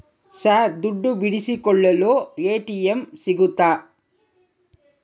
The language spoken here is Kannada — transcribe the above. ಸರ್ ದುಡ್ಡು ಬಿಡಿಸಿಕೊಳ್ಳಲು ಎ.ಟಿ.ಎಂ ಸಿಗುತ್ತಾ?